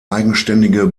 eigenständige